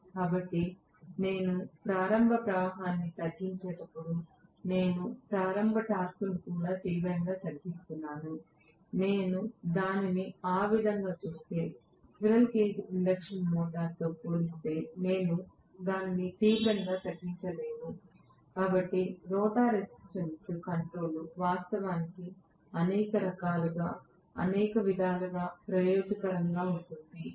కాబట్టి నేను ప్రారంభ ప్రవాహాన్ని తగ్గించేటప్పుడు నేను ప్రారంభ టార్క్ను కూడా తీవ్రంగా తగ్గిస్తున్నాను నేను దానిని ఆ విధంగా చూస్తే స్క్విరెల్ కేజ్ ఇండక్షన్ మోటారుతో పోలిస్తే నేను దానిని తీవ్రంగా తగ్గించలేను కాబట్టి రోటర్ రెసిస్టెన్స్ కంట్రోల్ వాస్తవానికి అనేక విధాలుగా ప్రయోజనకరంగా ఉంటుంది